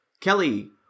Kelly